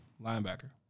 Linebacker